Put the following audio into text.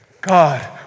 God